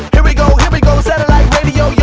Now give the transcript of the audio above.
here we go, here we go satellite radio y'all